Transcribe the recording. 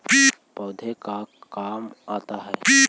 पौधे का काम आता है?